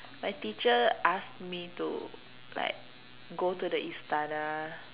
my teacher ask me to like go to the Istana